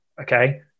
Okay